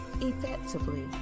effectively